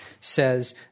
says